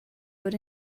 but